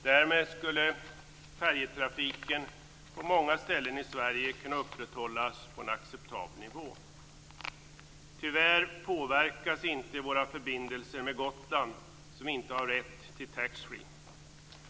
Därmed skulle färjetrafiken på många ställen i Sverige kunna upprätthållas på en acceptabel nivå. Tyvärr påverkas inte våra förbindelser med Gotland, som inte har rätt till taxfree.